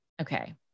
Okay